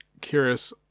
curious